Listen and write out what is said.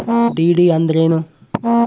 DD ಅಂದ್ರೇನು?